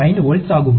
5 volt ஆகும்